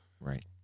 Right